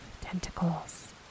tentacles